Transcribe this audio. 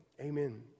Amen